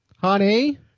Honey